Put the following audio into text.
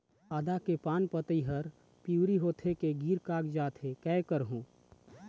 आदा के पान पतई हर पिवरी होथे के गिर कागजात हे, कै करहूं?